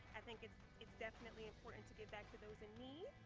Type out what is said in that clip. i think it's it's definitely important to give back to those in need,